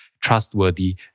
trustworthy